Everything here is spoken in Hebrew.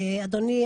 אדוני,